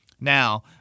Now